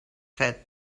said